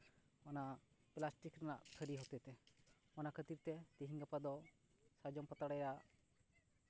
ᱚᱱᱟ ᱯᱞᱟᱥᱴᱤᱠ ᱨᱮᱱᱟᱜ ᱛᱷᱟᱹᱨᱤ ᱦᱚᱛᱮᱛᱮ ᱚᱱᱟ ᱠᱷᱟᱹᱛᱤᱨ ᱛᱮ ᱛᱤᱦᱤᱧ ᱜᱟᱯᱟ ᱫᱚ ᱥᱟᱨᱡᱚᱢ ᱯᱟᱛᱲᱟᱣᱟᱜ